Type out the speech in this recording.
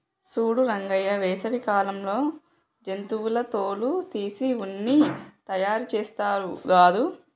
సూడు రంగయ్య వేసవి కాలంలో జంతువుల తోలు తీసి ఉన్ని తయారుచేస్తారు గాదు